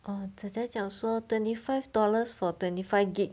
orh 姐姐讲说 twenty five dollars for twenty five gig